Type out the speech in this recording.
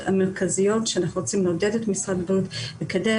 המרכזיות בהן אנחנו רוצים לעודד את משרד הבריאות לקדם.